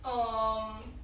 um